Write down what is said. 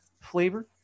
flavor